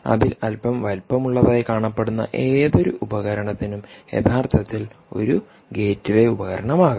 അതിൽ അല്പം വലുപ്പമുള്ളതായി കാണപ്പെടുന്ന ഏതൊരു ഉപകരണത്തിനും യഥാർത്ഥത്തിൽ ഒരു ഗേറ്റ്വേ ഉപകരണം ആകാം